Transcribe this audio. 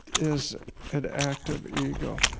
is an act of ego.